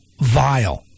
vile